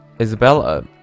Isabella